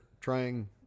trying